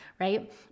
right